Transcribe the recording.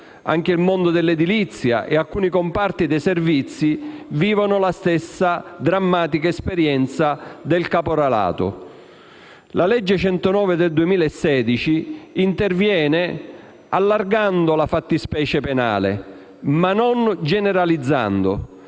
Anche il mondo dell'edilizia e alcuni comparti dei servizi vivono la stessa drammatica esperienza del caporalato. La legge n. 199 del 2016 interviene allargando la fattispecie penale, ma non generalizzando.